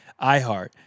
iHeart